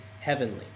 heavenly